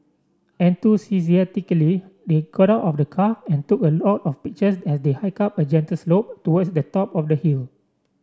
enthusiastically they got out of the car and took a lot of pictures as they hiked up a gentle slope towards the top of the hill